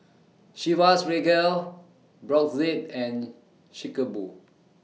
Chivas Regal Brotzeit and Chic A Boo